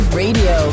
radio